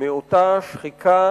מאותה שחיקה